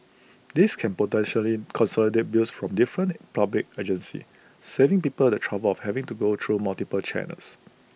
this can potentially consolidate bills from different public agencies saving people the trouble of having to go through multiple channels